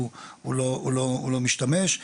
הוא לא משתמש.